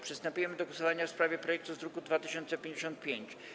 Przystępujemy do głosowania w sprawie projektu z druku nr 2055.